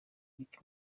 nick